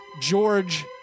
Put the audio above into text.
George